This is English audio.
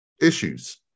issues